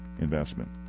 investment